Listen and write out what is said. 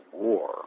war